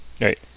Right